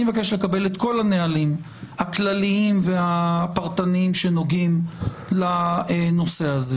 אני מבקש לקבל את כל הנהלים הכלליים והפרטניים שנוגעים לנושא הזה.